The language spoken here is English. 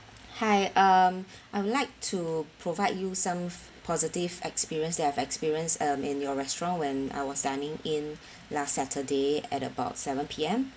hi um I would like to provide you some positive experience that I have experienced um in your restaurant when I was dining in last saturday at about seven P_M